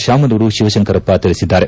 ಶಾಮನೂರು ಶಿವಶಂಕರಪ್ಪ ತಿಳಿಸಿದ್ದಾರೆ